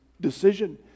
decision